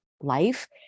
life